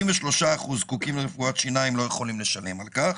33% זקוקים לרפואת שיניים ולא יכולים לשלם על כך,